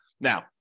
Now